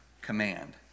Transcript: command